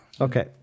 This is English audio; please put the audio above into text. okay